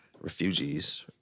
refugees